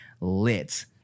lit